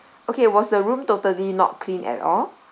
okay was the room totally not clean at all